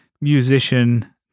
musician